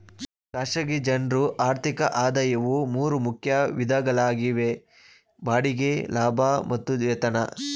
ಖಾಸಗಿ ಜನ್ರು ಆರ್ಥಿಕ ಆದಾಯವು ಮೂರು ಮುಖ್ಯ ವಿಧಗಳಾಗಿವೆ ಬಾಡಿಗೆ ಲಾಭ ಮತ್ತು ವೇತನ